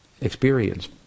experience